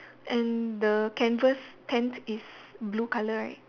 and the canvas tent is blue color right